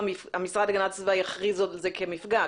המשרד להגנת הסביבה יכריז על זה כמפגע.